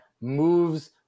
moves